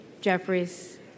Jeffries